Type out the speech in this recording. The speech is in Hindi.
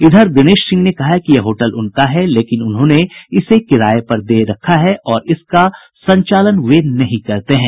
इधर दिनेश सिंह ने कहा है कि यह होटल उनका है लेकिन उन्होंने इसे किराये पर दे रखा है और इसका संचालन वे नहीं करते हैं